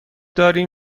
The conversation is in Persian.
داریم